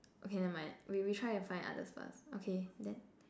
okay never mind we we try and find others first okay then